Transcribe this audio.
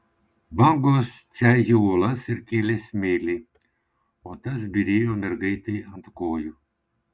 bangos čaižė uolas ir kėlė smėlį o tas byrėjo mergaitei ant kojų